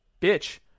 bitch